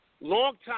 longtime